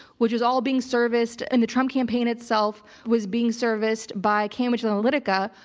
which was all being serviced and the trump campaign itself was being serviced by cambridge analytica,